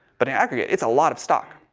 but in aggregate, it's a lot of stock.